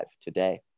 today